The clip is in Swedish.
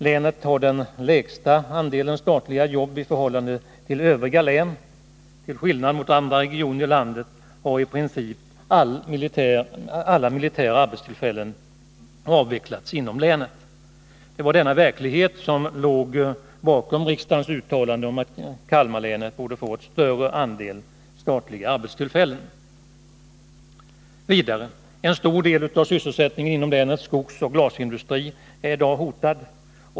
Länet har den lägsta andelen statliga jobb i förhållande till övriga län. Till skillnad mot andra regioner i landet har i princip alla militära arbetstillfällen avvecklats inom länet. Det var denna verklighet som låg bakom riksdagens uttalande om att Kalmar län borde få en större andel statliga arbetstillfällen. 4. En stor del av sysselsättningen inom länets skogsoch glasindustri är i dag hotad.